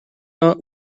not